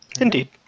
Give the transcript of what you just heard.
Indeed